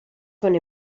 going